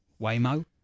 Waymo